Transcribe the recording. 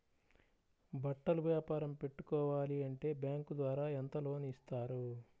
బట్టలు వ్యాపారం పెట్టుకోవాలి అంటే బ్యాంకు ద్వారా ఎంత లోన్ ఇస్తారు?